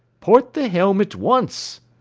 port the helm at once!